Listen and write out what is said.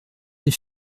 des